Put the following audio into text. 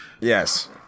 Yes